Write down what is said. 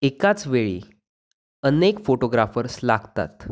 एकाचवेळी अनेक फोटोग्राफर्स लागतात